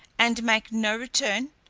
and make no return?